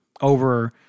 over